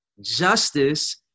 Justice